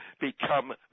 become